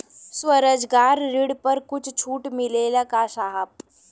स्वरोजगार ऋण पर कुछ छूट मिलेला का साहब?